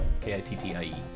K-I-T-T-I-E